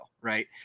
Right